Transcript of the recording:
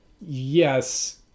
Yes